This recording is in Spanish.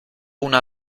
una